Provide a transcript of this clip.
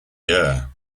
year